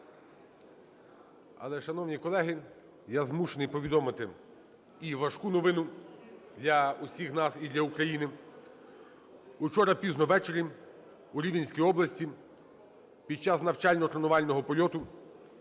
Але, шановні колеги, я змушений повідомити і важку новину для усіх нас і для України. Вчора пізно ввечері у Рівненській області під час навчально-тренувального польоту